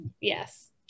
Yes